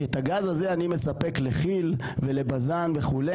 כי את הגז הזה אני מספק לכיל ולבזן וכו',